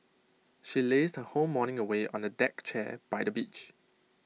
she lazed her whole morning away on A deck chair by the beach